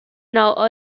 now